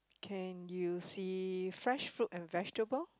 can you see fresh fruit and vegetable